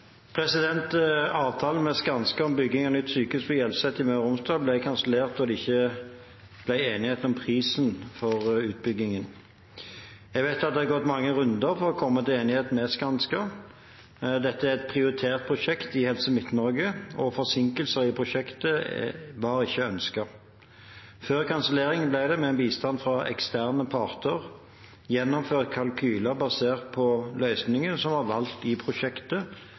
Avtalen med Skanska om bygging av nytt sykehus på Hjelset i Møre og Romsdal ble kansellert da det ikke ble enighet om prisen for utbyggingen. Jeg vet at det er gått mange runder for å komme til enighet med Skanska. Dette er et prioritert prosjekt i Helse Midt-Norge, og forsinkelser i prosjektet var ikke ønsket. Før kanselleringen ble det, med bistand fra eksterne parter, gjennomført kalkyler basert på løsningene som var valgt i prosjektet,